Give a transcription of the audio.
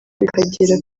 bikagera